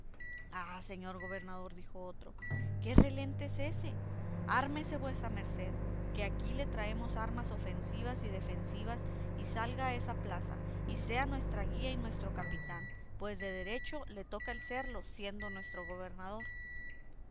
señor gobernador dijo otro qué relente es ése ármese vuesa merced que aquí le traemos armas ofensivas y defensivas y salga a esa plaza y sea nuestra guía y nuestro capitán pues de derecho le toca el serlo siendo nuestro gobernador